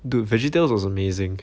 dude veggietales was amazing